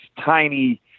tiny